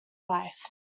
life